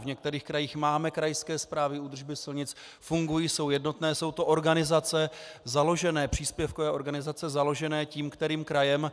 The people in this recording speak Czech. V některých krajích máme krajské správy údržby silnic, fungují, jsou jednotné, jsou to organizace, příspěvkové organizace založené tím kterým krajem.